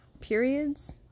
periods